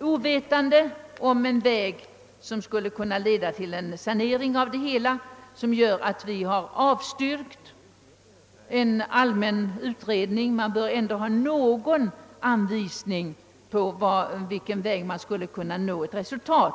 ovetande om en väg som skulle kunna leda till en sanering av verksamheten som gjort att utskottet avstyrkt kravet på en allmän utredning. Om man anbefaller en utredning bör man ändå ha någon anvisning om på vilken väg man skulle kunna nå ett resultat.